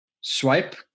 swipe